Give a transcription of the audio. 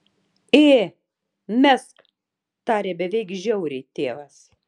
ė mesk tarė beveik žiauriai tėvas